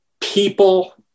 people